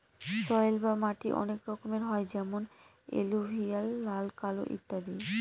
soil বা মাটি অনেক রকমের হয় যেমন এলুভিয়াল, লাল, কালো ইত্যাদি